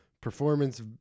performance